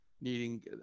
needing